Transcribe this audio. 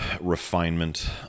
refinement